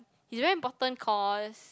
he's very important cause